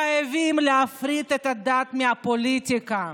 חייבים להפריד את הדת מהפוליטיקה,